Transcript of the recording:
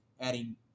adding